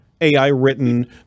AI-written